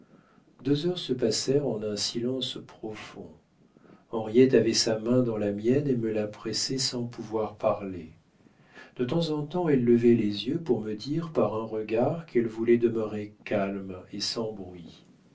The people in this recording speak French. deux heures se passèrent en un silence profond henriette avait sa main dans la mienne et me la pressait sans pouvoir parler de temps en temps elle levait les yeux pour me dire par un regard qu'elle voulait demeurer calme et sans bruit